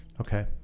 Okay